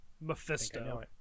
Mephisto